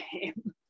game